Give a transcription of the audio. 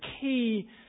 key